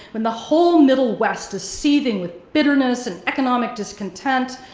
when the whole middle west is seething with bitterness and economic discontent,